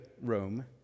Rome